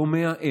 לא 100,